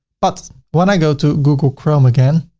but when i go to google chrome again,